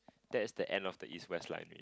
that is the end of the East West Line